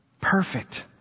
perfect